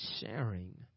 sharing